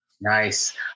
Nice